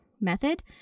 method